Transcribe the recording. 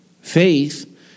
Faith